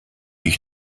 ich